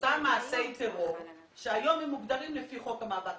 קשה לבסיס במישור המשפטי